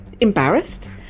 embarrassed